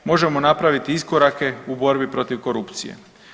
Možemo napraviti iskorake u borbi protiv korupcije.